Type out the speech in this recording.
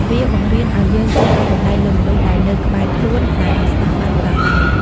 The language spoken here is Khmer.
វាបង្រៀនឱ្យយើងចេះឱ្យតម្លៃលើមនុស្សដែលនៅក្បែរខ្លួន ដែលវាសនាបានផ្ដល់ឱ្យ។